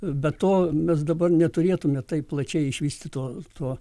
be to mes dabar neturėtume taip plačiai išvystyto to